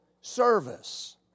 service